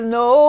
no